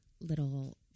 little